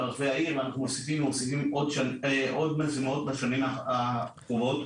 אנו נוסיף עוד בשנים הקרובות